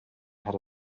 had